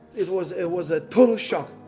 it was it was a total shock!